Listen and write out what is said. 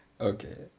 Okay